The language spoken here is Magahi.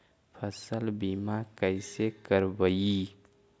फसल बीमा कैसे करबइ?